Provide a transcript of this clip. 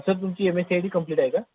sir तुमची M S C I T complete आहे का